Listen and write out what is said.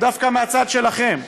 הוא דווקא מהצד שלכם.